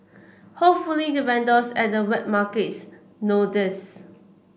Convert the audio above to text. hopefully the vendors at the wet markets know this